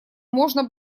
можно